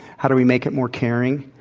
how do we make it more caring?